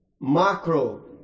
macro